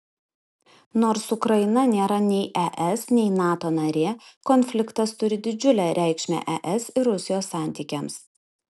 nors ukraina nėra nei es nei nato narė konfliktas turi didžiulę reikšmę es ir rusijos santykiams